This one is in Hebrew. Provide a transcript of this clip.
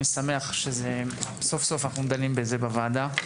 אני שמח שסוף-סוף אנחנו דנים בזה בוועדה.